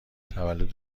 تولد